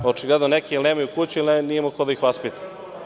Očigledno neki ili nemaju kuću ili nije imao ko da ih vaspita.